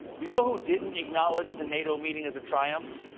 you know who didn't acknowledge the nato meeting as a triumph?